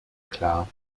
klar